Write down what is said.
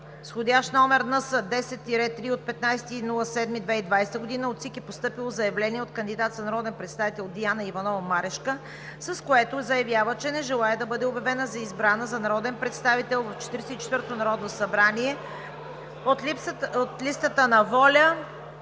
входящ № НС-10-3 от 15 юли 2020 г. от ЦИК е постъпило заявление от кандидата за народен представител Диана Иванова Марешка, с което заявява, че не желае да бъде обявена за избрана за народен представител в 44-тото Народно събрание от листата на